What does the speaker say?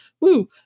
Woo